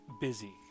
busy